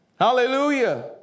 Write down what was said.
Hallelujah